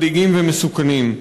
מדאיגים ומסוכנים.